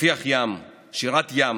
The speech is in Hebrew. רפיח ים, שירת הים,